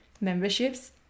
Memberships